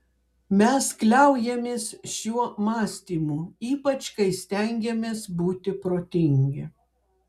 mes kliaujamės šiuo mąstymu ypač kai stengiamės būti protingi